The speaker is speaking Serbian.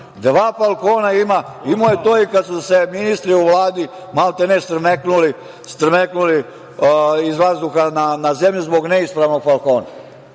Dva falkona ima. Imao je to i kada su se ministri u Vladi, maltene, strmeknuli iz vazduha na zemlju zbog neispravnog falkona.